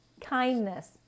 kindness